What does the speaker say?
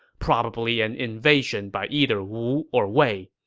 probably an invasion by either wu or wei.